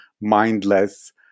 mindless